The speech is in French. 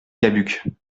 cabuc